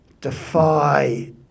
defy